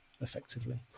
effectively